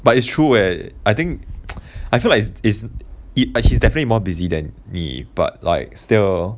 but it's true eh I think I feel like it's is it I he's definitely more busy than me but like still